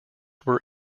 were